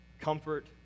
comfort